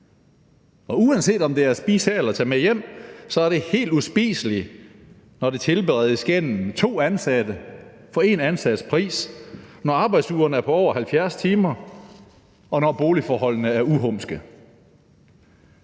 Og uanset om det skal spises dér eller tages med hjem, er det helt uspiseligt, når det tilberedes gennem to ansatte for en ansats pris, når arbejdsugerne er på over 70 timer, og når boligforholdene er uhumske.